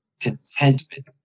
Contentment